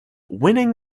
winning